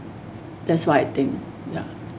that's what I think ya